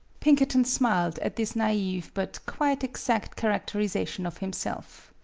pinkerton smiled at this nai've but quite exact characterization of himself.